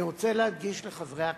אני רוצה להדגיש לחברי הכנסת: